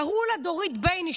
קראו לה דורית בייניש,